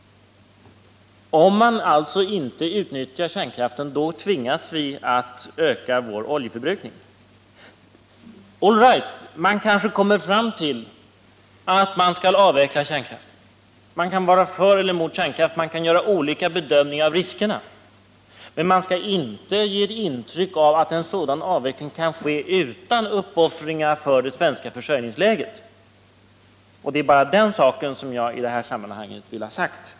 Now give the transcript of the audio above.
Om man inte utnyttjar kärnkraften, tvingas vi alltså att öka vår oljeförbrukning. Man kan vara för eller mot kärnkraft, man kan göra olika bedömningar av riskerna, men man skall inte ge ett intryck av att en avveckling kan ske utan uppoffringar för det svenska försörjningsläget. Det är bara den saken som jag i det här sammanhanget vill ha sagt.